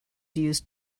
used